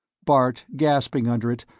bart, gasping under it,